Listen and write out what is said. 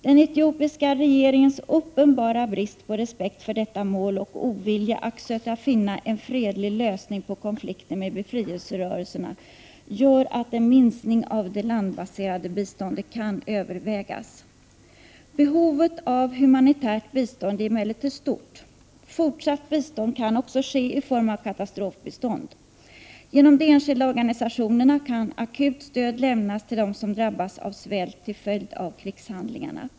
Den etiopiska regeringens uppenbara brist på respekt för detta mål och dess ovilja att söka finna en fredlig lösning på konflikten med befrielserörelserna gör att en minskning av det landbaserade biståndet kan övervägas. Behovet av humanitärt bistånd är emellertid stort. Fortsatt bistånd kan också ske i form av katastrofbistånd. Genom de enskilda organisationerna kan akut stöd lämnas till dem som drabbas av svält till följd av krigshandlingarna.